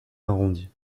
arrondie